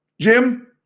Jim